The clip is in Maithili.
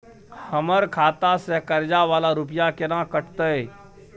हमर खाता से कर्जा वाला रुपिया केना कटते?